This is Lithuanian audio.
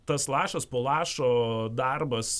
tas lašas po lašo darbas